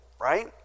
right